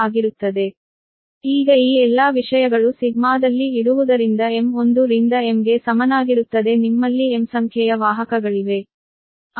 Vkiqm12π0m1Nqmln ಈಗ ಈ ಎಲ್ಲಾ ವಿಷಯಗಳು ಸಿಗ್ಮಾದಲ್ಲಿ ಇಡುವುದರಿಂದ m 1 ರಿಂದ m ಗೆ ಸಮನಾಗಿರುತ್ತದೆ ನಿಮ್ಮಲ್ಲಿ m ಸಂಖ್ಯೆಯ ವಾಹಕಗಳಿವೆ